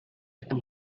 and